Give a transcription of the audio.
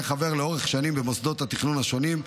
לאורך שנים נציג שר החקלאות היה חבר במוסדות התכנון השונים,